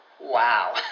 Wow